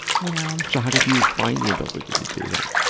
you know. so, how did you find the ability to do that.